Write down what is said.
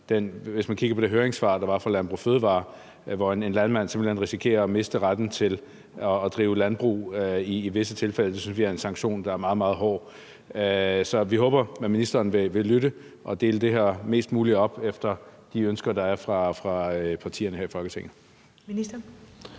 Hvis man kigger på det høringssvar, der var fra Landbrug & Fødevarer, kan man se, at en landmand simpelt hen risikerer at miste retten til at drive landbrug i visse tilfælde, og det synes vi er en sanktion, der er meget, meget hård. Så vi håber, at ministeren vil lytte og dele det her mest muligt op efter de ønsker, der er fra partierne her i Folketinget.